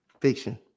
Fiction